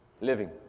living